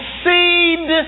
seed